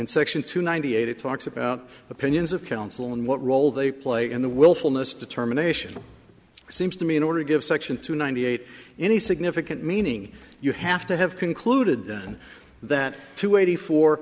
section two ninety eight it talks about opinions of counsel and what role they play in the wilfulness determination seems to me in order to give section two ninety eight any significant meaning you have to have concluded then that two eighty four